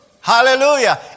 Hallelujah